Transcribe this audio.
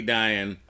dying